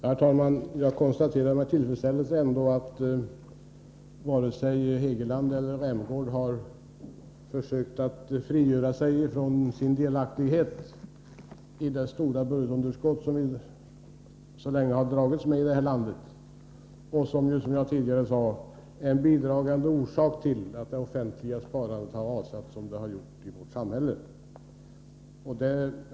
Herr talman! Jag konstaterar med tillfredsställelse att varken Hugo Hegeland eller Rolf Rämgård har försökt frigöra sig från sin delaktighet i det stora budgetunderskott som vi så länge har dragits med i det här landet och som är en bidragande orsak till att det offentliga sparandet i vårt samhälle har rasat som det har gjort.